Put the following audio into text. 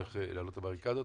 הולך לעלות על בריקדות,